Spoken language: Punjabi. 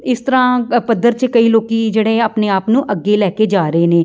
ਇਸ ਤਰ੍ਹਾਂ ਪੱਧਰ 'ਚ ਕਈ ਲੋਕ ਜਿਹੜੇ ਆਪਣੇ ਆਪ ਨੂੰ ਅੱਗੇ ਲੈ ਕੇ ਜਾ ਰਹੇ ਨੇ